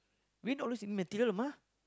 win or lose in material mah